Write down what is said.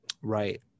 right